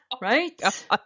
Right